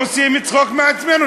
עושים צחוק מעצמנו.